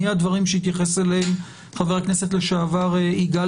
מהדברים שהתייחס אליהם חבר הכנסת לשעבר יגאל